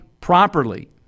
properly